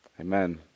Amen